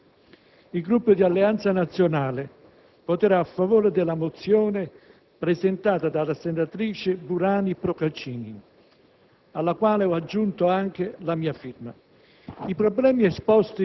Presidente, onorevoli colleghi, il Gruppo di Alleanza Nazionale voterà a favore della mozione presentata dalla senatrice Burani Procaccini,